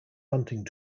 hunting